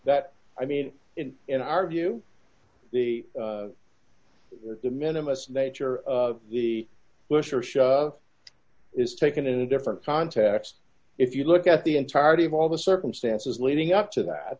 that i mean in in our view the the minimus nature of the lesser show is taken in a different context if you look at the entirety of all the circumstances leading up to that